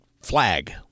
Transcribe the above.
flag